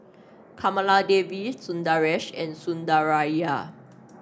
Kamaladevi Sundaresh and Sundaraiah